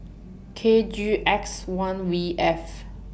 K G X one V F